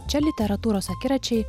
čia literatūros akiračiai